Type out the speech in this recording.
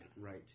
Right